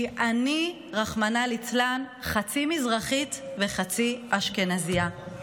כי אני, רחמנא ליצלן, חצי מזרחית וחצי אשכנזייה.